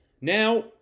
Now